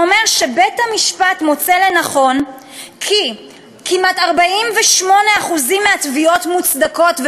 זה אומר שבית-המשפט מוצא כי כמעט 48% מהתביעות מוצדקות,